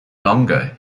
longer